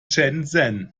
shenzhen